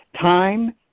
Time